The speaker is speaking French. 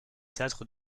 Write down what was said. théâtre